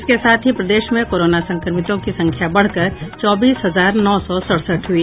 इसके साथ ही प्रदेश में कोरोना संक्रमितों की संख्या बढ़कर चौबीस हजार नौ सौ सड़सठ हुई